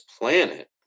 planet